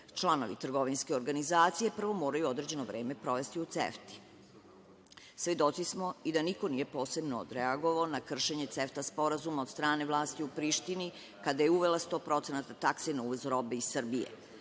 članovi trgovinske organizacije prvo moraju određeno vreme provesti u CEFTA.Svedoci smo i da niko nije posebno odreagovao na kršenje CEFTA Sporazuma od strane vlasti u Prištini, kada je uvela 100% takse na uvoz robe iz Srbije.